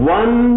one